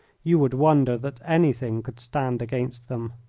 you would wonder that anything could stand against them.